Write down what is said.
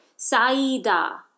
saida